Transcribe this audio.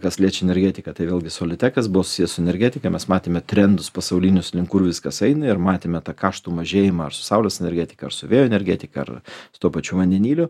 kas liečia energetiką tai vėlgi solitekas buvo susijęs su energetika mes matėme trendus pasaulinius link kurių viskas eina ir matėme tą kaštų mažėjimą ar su saulės energetika ar su vėjo energetika ar su tuo pačiu vandeniliu